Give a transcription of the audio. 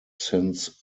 since